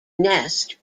nest